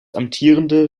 amtierende